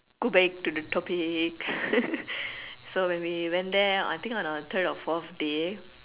go back to the topic so when we went there I think on the third or fourth day